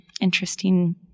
interesting